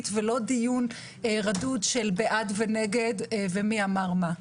ולא דיון רדוד של בעד ונגד ומי אמר מה.